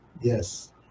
yes